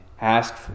ask